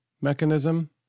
mechanism